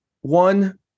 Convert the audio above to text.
One